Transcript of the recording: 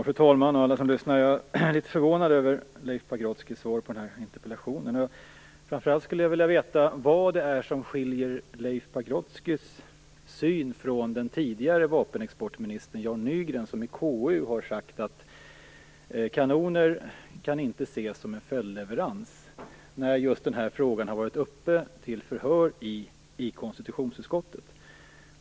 Fru talman! Ni som lyssnar! Jag är litet förvånad över Leif Pagrotskys svar på interpellationen. Framför allt skulle jag vilja veta vad det är som skiljer Leif Pagrotskys syn från tidigare vapenexportminister Jan Nygrens. Jan Nygren har ju i KU sagt att leverans av kanoner inte kan ses som en följdleverans. Det har han sagt när just den här frågan varit uppe i förhör i konstitutionsutskottet.